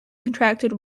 contracted